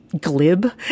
glib